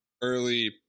Early